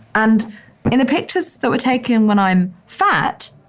and in the pictures that were taken when i'm fat,